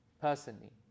personally